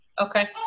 Okay